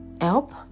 help